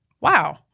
wow